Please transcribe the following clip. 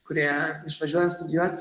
kurie išvažiuoja studijuot